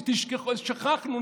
שכחנו.